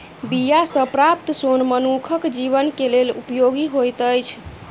बीया सॅ प्राप्त सोन मनुखक जीवन के लेल उपयोगी होइत अछि